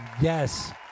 yes